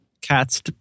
cats